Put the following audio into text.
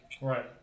Right